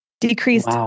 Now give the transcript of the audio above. decreased